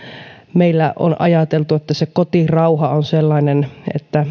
meillä on ajateltu että kotirauha on sellainen että